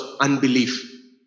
unbelief